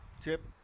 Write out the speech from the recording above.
tip